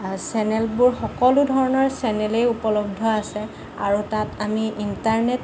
চেনেলবোৰ সকলোবোৰ চেনেলেই উপলব্ধ আছে আৰু তাত আমি ইণ্টাৰনেট